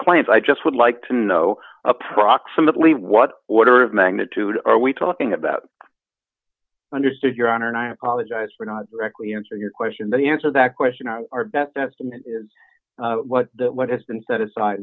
claims i just would like to know approximately what order of magnitude are we talking about understood your honor and i apologize for not directly answer your question the answer that question our our best estimate is that what has been set aside